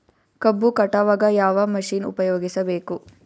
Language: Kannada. ಕಬ್ಬು ಕಟಾವಗ ಯಾವ ಮಷಿನ್ ಉಪಯೋಗಿಸಬೇಕು?